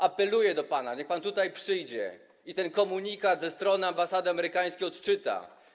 Apeluję do pana, niech pan tutaj przyjdzie i ten komunikat ze strony ambasady amerykańskiej odczyta.